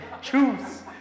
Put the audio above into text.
Choose